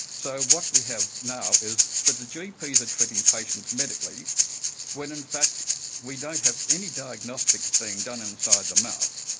so what we have now is that the gps are treating patients medically when in fact we don't have any diagnostics being done inside the mouth,